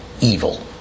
evil